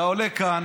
אתה עולה כאן